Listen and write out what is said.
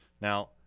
Now